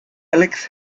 alex